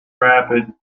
rapid